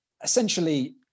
Essentially